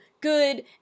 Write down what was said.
good